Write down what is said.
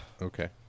Okay